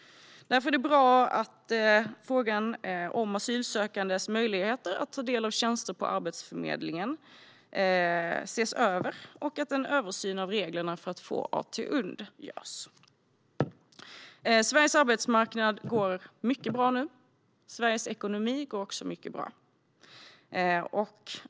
Därför är det bra att frågan om asylsökandes möjligheter att ta del av tjänster hos Arbetsförmedlingen ses över och att en översyn av reglerna för att få AT-UND görs. Sveriges arbetsmarknad går mycket bra nu. Sveriges ekonomi går också mycket bra.